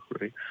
right